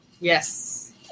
Yes